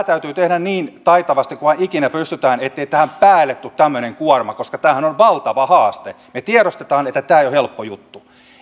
täytyy tehdä niin taitavasti kuin vain ikinä pystytään ettei tähän päälle tule tämmöinen kuorma koska tämähän on valtava haaste me tiedostamme että tämä ei ole helppo juttu